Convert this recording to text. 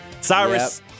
Cyrus